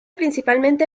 principalmente